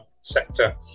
sector